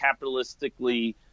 capitalistically